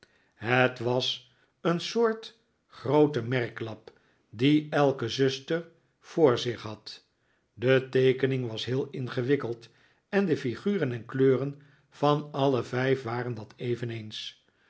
het was een soort groote merklap die elke zuster voor zich had de teekening was heel ingewikkeld en de figuren en kleuren van alle vijf waren dat eveneens